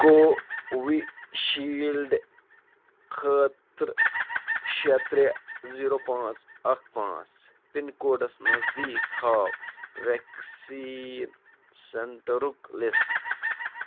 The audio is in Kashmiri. کووِ شیٖلڈ خٲطرٕ شےٚ ترٛےٚ زیٖرَو پانٛژھ اَکھ پانٛژھ پِن کوڈس نٔزدیٖک ہاو ویکسیٖن سینٹرُک لِسٹ